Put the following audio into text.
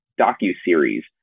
docu-series